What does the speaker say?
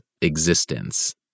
existence